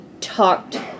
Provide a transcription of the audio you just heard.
talked